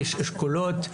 איש אשכולות,